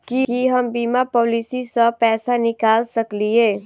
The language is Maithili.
की हम बीमा पॉलिसी सऽ पैसा निकाल सकलिये?